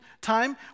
time